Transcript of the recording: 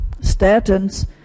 statins